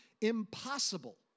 impossible